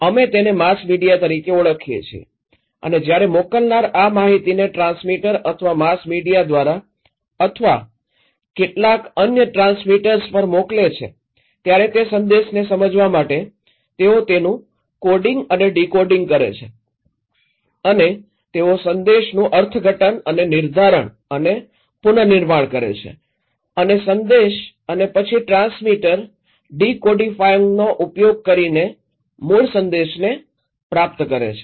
અમે તેને mass media તરીકે ઓળખીયે છીએ અને જ્યારે મોકલનાર આ માહિતીને ટ્રાન્સમીટર અથવા માસ મીડિયા દ્વારા અથવા કેટલાક અન્ય ટ્રાન્સમિટર્સ પર મોકલે છે ત્યારે તે સંદેશને સમજવા માટે તેઓ તેનું કોડિંગ અને ડીકોડિંગ કરે છે અને તેઓ સંદેશનું અર્થઘટન અને નિર્ધારણ અને પુનનિર્માણ કરે છે અને સંદેશ અને પછી ટ્રાન્સમીટર ડીકોડિફાઇંગનો ઉપયોગ કરીને મૂળ સંદેશને પ્રાપ્ત કરે છે